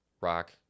Rock